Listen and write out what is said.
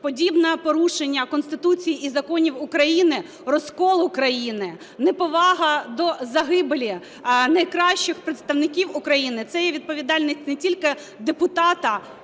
подібне порушення Конституції і законів України, розкол України, неповага до загибелі найкращих представників України – це є відповідальність не тільки депутата